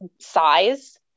size